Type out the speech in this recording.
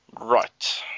Right